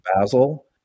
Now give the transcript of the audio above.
basil